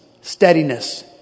steadiness